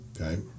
okay